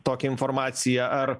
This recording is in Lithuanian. tokią informaciją ar